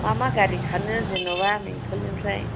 मा मा गारि खारो जेनेबा बेंटलनिफ्राय